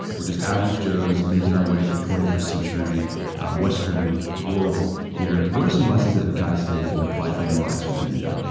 we're just average joes making our way through twenty first century western world, here. what are some lessons that guys today can apply from their lives from the ninja?